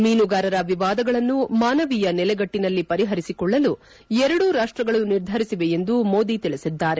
ಮೀನುಗಾರರ ವಿವಾದಗಳನ್ನು ಮಾನವೀಯ ನೆಲೆಗಟ್ಟನಲ್ಲಿ ಪರಿಹರಿಸಿಕೊಳ್ಳಲು ಎರಡೂ ರಾಷ್ಟಗಳು ನಿರ್ಧರಿಸಿವೆ ಎಂದು ಮೋದಿ ತಿಳಿಸಿದ್ದಾರೆ